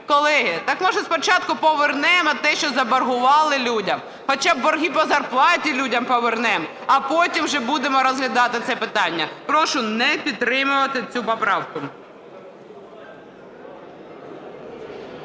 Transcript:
Колеги, так, може, спочатку повернемо те, що заборгували людям? Хоча б борги по зарплаті людям повернемо, а потім вже будемо розглядати це питання. Прошу не підтримувати цю поправку.